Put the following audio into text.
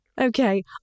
Okay